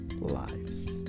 lives